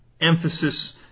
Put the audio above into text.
emphasis